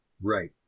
Right